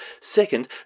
Second